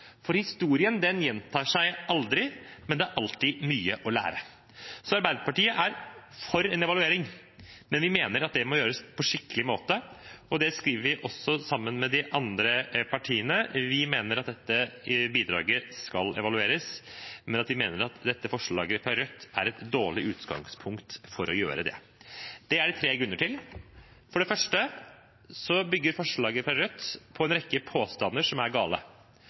for historien gjentar seg aldri, men det er alltid mye å lære. Så Arbeiderpartiet er for en evaluering, men vi mener at det må gjøres på en skikkelig måte. Det skriver vi også sammen med de andre partiene. Vi mener at dette bidraget skal evalueres, men vi mener at dette forslaget fra Rødt er et dårlig utgangspunkt for å gjøre det. Det er det tre grunner til. For det første bygger forslaget fra Rødt på en rekke påstander som er gale,